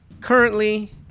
currently